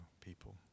people